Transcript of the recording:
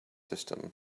system